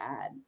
add